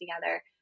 together